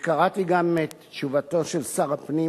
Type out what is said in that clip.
וקראתי גם את תשובתו של שר הפנים,